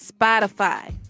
spotify